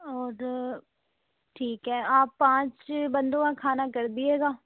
order ٹھیک ہے آپ پانچ بندوں کا کھانا کر دیجیے گا